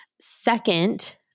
Second